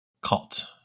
Cult